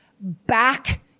back